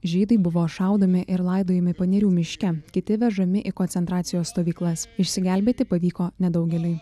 žydai buvo šaudomi ir laidojami panerių miške kiti vežami į koncentracijos stovyklas išsigelbėti pavyko nedaugeliui